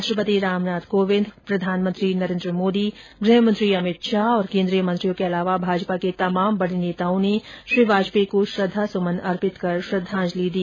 राष्ट्रपति रामनाथ कोविंद प्रधानमंत्री नरेन्द्र मोदी गृहमंत्री अमित शाह और केंद्रीय मंत्रियों के अलावा भाजपा के तमाम बड़े नेताओं ने श्री वाजपेयी को श्रद्वासुमन अर्पित कर श्रद्वांजलि दी